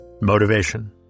Motivation